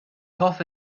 hoffe